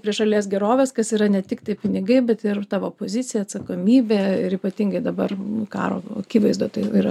prie šalies gerovės kas yra ne tiktai pinigai bet ir tavo pozicija atsakomybė ir ypatingai dabar karo akivaizdoje tai yra